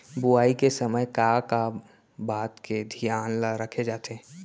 बुआई के समय का का बात के धियान ल रखे जाथे?